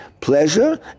pleasure